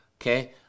okay